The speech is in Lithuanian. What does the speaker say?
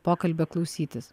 pokalbio klausytis